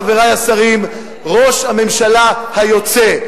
חברי השרים: ראש הממשלה היוצא.